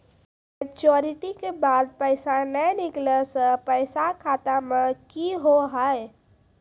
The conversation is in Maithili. मैच्योरिटी के बाद पैसा नए निकले से पैसा खाता मे की होव हाय?